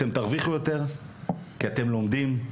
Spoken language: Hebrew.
אתם תרוויחו יותר כי אתם לומדים,